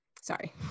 sorry